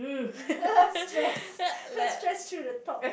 stress stress through the top